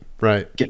right